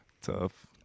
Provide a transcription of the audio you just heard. Tough